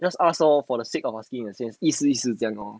just ask lor for the sake of asking 意思意思这样 lor